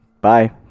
bye